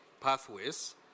pathways